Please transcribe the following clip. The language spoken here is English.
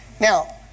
Now